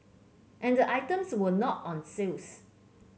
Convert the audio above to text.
and the items were not on sales